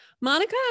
Monica